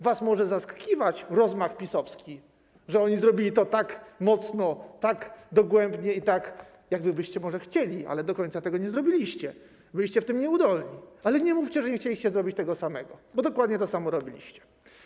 Was może zaskakiwać rozmach PiS-owski, to, że oni zrobili to tak mocno, tak dogłębnie i tak, jak wy byście może chcieli, ale do końca tego nie zrobiliście, byliście w tym nieudolni, ale nie mówcie, że nie chcieliście zrobić tego samego, bo dokładnie to samo robiliście.